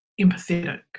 empathetic